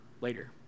later